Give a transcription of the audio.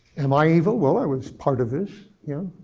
am i evil? well, i was part of this, you know?